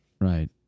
Right